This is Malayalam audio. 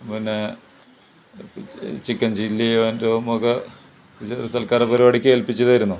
പിന്നെ ചി ചിക്കൻ ചില്ലി മറ്റും ഒക്കെ ഇതൊരു സത്ക്കാരപ്പരിപാടിക്ക് ഏല്പ്പിച്ചതായിരുന്നു